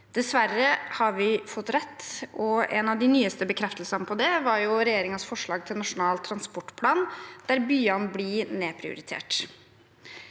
Dessverre har vi fått rett, og en av de nyeste bekreftelsene på det var regjeringens forslag til Nasjonal transportplan, der byene blir nedprioritert.